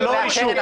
זה לא אישור.